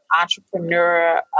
entrepreneur